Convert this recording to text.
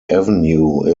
avenue